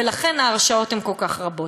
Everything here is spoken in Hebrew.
ולכן ההרשעות הן כל כך רבות.